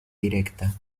directa